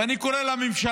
ואני קורא לממשלה,